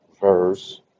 verse